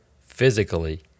physically